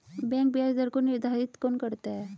Bank ब्याज दर को निर्धारित कौन करता है?